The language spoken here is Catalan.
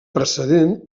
precedent